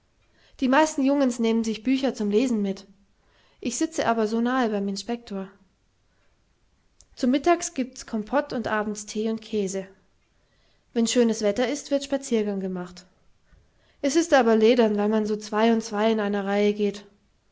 die meisten jungens nehmen sich bücher zum lesen mit ich sitze aber so nahe beim inspektor zu mittag gibts kompot und abends thee und käse wenn schönes wetter ist wird spaziergang gemacht es ist aber ledern weil man so zwei und zwei in einer reihe geht